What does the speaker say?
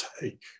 take